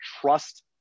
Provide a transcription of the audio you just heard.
trust